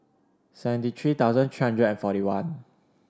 seventy three thousand three hundred and forty one